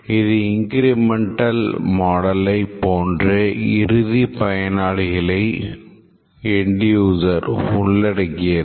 இது இன்கிரிமென்டல் மாடலை போன்றே இறுதி பயனாளிகளை உள்ளடக்கியது